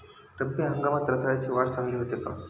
रब्बी हंगामात रताळ्याची वाढ चांगली होते का?